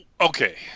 okay